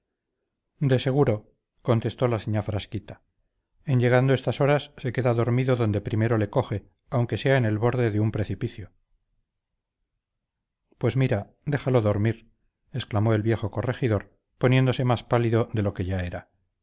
de seguro contestó la señá frasquita en llegando estas horas se queda dormido donde primero le coge aunque sea en el borde de un precipicio pues mira déjalo dormir exclamó el viejo corregidor poniéndose más pálido de lo que ya era